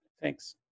Thanks